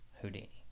Houdini